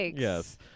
Yes